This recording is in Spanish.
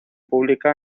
publica